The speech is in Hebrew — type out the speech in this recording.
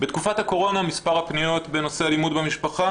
בתקופת הקורונה מספר הפניות בנושא אלימות במשפחה